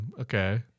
Okay